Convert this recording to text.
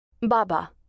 Baba